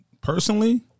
Personally